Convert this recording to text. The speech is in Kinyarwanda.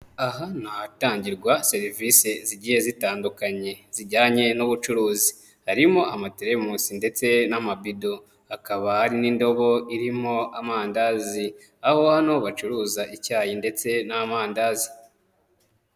Aha ni ahatangirwa serivise zigiye zitandukanye zijyanye n'ubucuruzi, harimo amateremusi ndetse n'amabido hakaba hari n'indobo irimo amandazi, aho hano bacuruza icyayi ndetse n'amandazi.